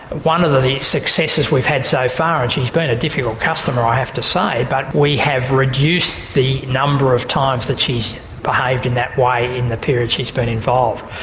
one of the the successes we've had so far and she's been a difficult customer, i have to say, but we have reduced the number of times that she's behaved in that way in the period she's been involved.